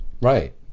right